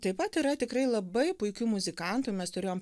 taip pat yra tikrai labai puikių muzikantų mes turėjom